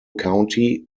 county